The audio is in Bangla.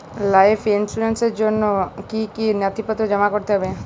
লাইফ ইন্সুরেন্সর জন্য জন্য কি কি নথিপত্র জমা করতে হবে?